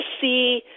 see